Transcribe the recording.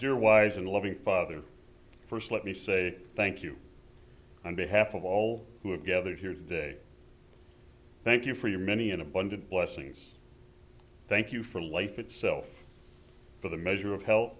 your wise and loving father first let me say thank you on behalf of all who have gathered here today thank you for your many and abundant blessings thank you for life itself for the measure of he